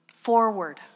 forward